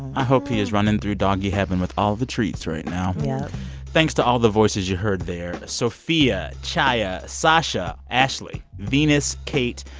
i hope he is running through doggy heaven with all the treats right now yup yeah thanks to all the voices you heard there sophia, chaia, sasha, ashley, venus, kate,